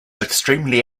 extremely